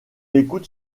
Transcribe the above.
écoute